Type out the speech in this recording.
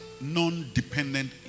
non-dependent